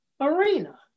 arena